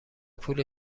پول